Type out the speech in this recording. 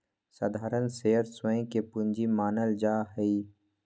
साधारण शेयर स्वयं के पूंजी मानल जा हई